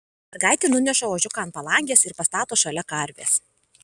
mergaitė nuneša ožiuką ant palangės ir pastato šalia karvės